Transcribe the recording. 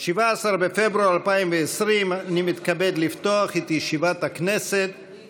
17 בפברואר 2020 / 12 חוברת י"ב ישיבה כ"ח הישיבה העשרים-ושמונה